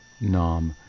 nam